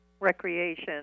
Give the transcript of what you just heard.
recreation